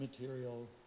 Material